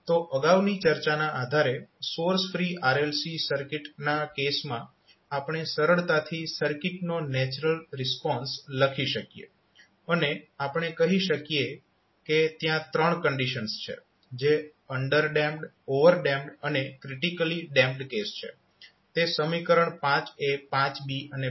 તો અગાઉની ચર્ચાના આધારે સોર્સ ફ્રી RLC સર્કિટના કેસમાં આપણે સરળતાથી સર્કિટનો નેચરલ રિસ્પોન્સ લખી શકીએ અને આપણે કહી શકીએ કે ત્યાં ત્રણ કંડીશન્સ છે જે અન્ડરડેમ્પ્ડ ઓવરડેમ્પડ અને ક્રિટીકલી ડેમ્પ્ડ કેસ છે